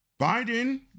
Biden